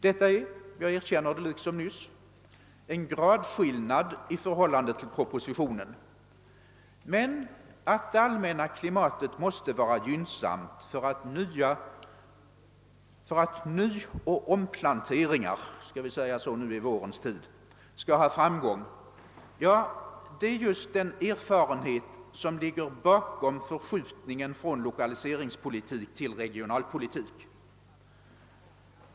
Detta är — jag erkänner det i detta fall liksom nyss — en gradskillnad i förhållande till propositionen. Men det allmänna klimatet måste vara gynnsamt för att nyoch omplanteringar — vi kan kalla det så nu i vårens tid — skall ha framgång. Det är den erfarenhet som ligger bakom förskjutningen från lokaliseringspolitik till regionalpolitik.